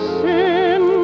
sin